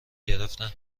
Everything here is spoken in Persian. گرفتن